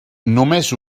només